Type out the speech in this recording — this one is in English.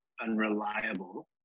unreliable